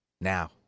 Now